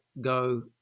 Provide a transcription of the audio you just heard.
go